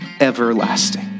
Everlasting